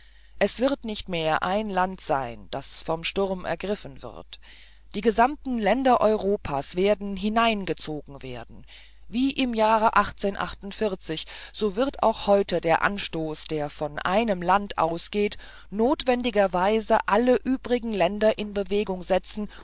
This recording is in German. es wird nicht mehr ein land allein sein das vom sturm ergriffen wird die gesamten länder europas werden hineingezogen werden wie im jahre so wird auch heute der anstoß der von einem lande ausgeht notwendigerweise alle übrigen länder in bewegung setzen